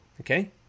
Okay